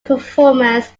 performance